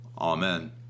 amen